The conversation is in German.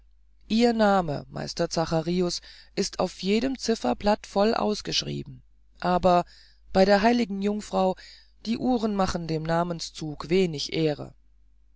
ihr name meister zacharius ist auf jedem zifferblatt voll ausgeschrieben aber bei der heiligen jungfrau die uhren machen dem namenszug wenig ehre